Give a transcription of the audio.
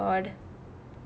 oh my god